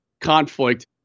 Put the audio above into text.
conflict